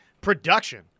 production